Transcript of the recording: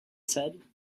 said